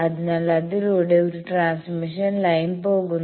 അതിനാൽ അതിലൂടെ ഒരു ട്രാൻസ്മിഷൻ ലൈൻ പോകുന്നു